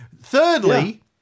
Thirdly